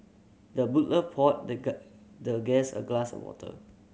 the butler poured the guy the guest a glass of water